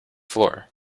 floor